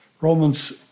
Romans